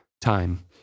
Time